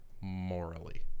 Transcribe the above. morally